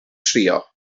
trio